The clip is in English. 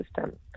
system